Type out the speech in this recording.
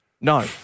no